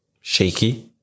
shaky